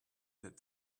that